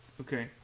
Okay